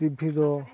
TV ᱫᱚ